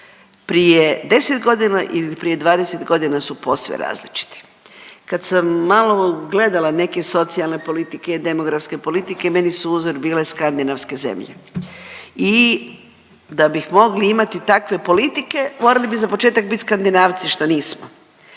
prije 10 godina i prije 20 godina su posve različite. Kad sam malo gledala neke socijalne politike, demografske politike meni su uzor bile skandinavske zemlje i da bih mogli imati takve politike, morali bi za početak bit Skandinavci, što nismo.